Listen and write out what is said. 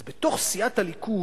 אז בתוך סיעת הליכוד,